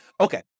Okay